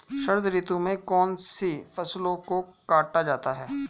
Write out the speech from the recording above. शरद ऋतु में कौन सी फसलों को काटा जाता है?